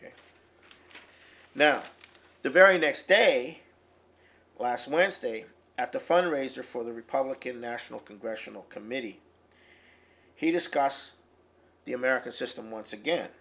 reciprocity now the very next day last wednesday at the fundraiser for the republican national congressional committee he discussed the american system once again